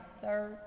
third